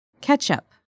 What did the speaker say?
Ketchup